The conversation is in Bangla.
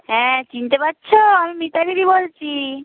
হ্যাঁ চিনতে পারছ আমি মিতালিদি বলছি